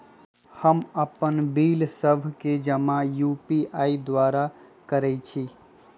हम अप्पन बिल सभ के जमा यू.पी.आई द्वारा करइ छी